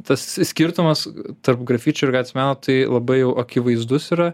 tas skirtumas tarp grafičių ir gatvės meno tai labai jau akivaizdus yra